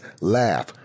laugh